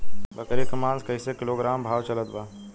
बकरी के मांस कईसे किलोग्राम भाव चलत बा?